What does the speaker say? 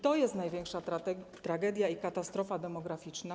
To jest największa tragedia i katastrofa demograficzna.